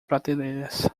prateleiras